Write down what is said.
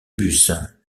bus